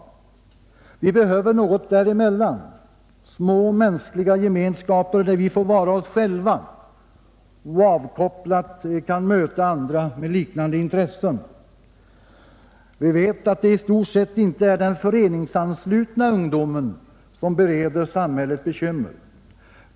Vi behöver något däremellan — små mänskliga gemenskaper, där vi får vara oss själva och avkopplat kan möta andra med liknande intressen. Vi vet att det i stort sett inte är den föreningsanslutna ungdomen som bereder samhället bekymmer.